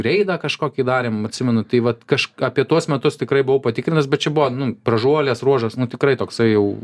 reidą kažkokį darėm atsimenu tai vat kaž apie tuos metus tikrai buvau patikrinęs bet čia buvo nu bražuolės ruožas nu tikrai toksai jau